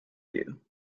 you